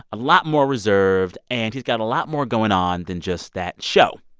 a lot more reserved. and he's got a lot more going on than just that show.